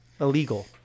Illegal